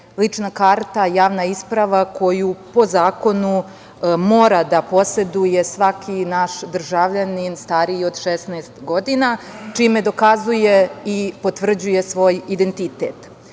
lična karta, javna isprava koju po zakonu mora da poseduje svaki naš državljanin stariji od 16 godina čime dokazuje i potvrđuje svoj identitet.U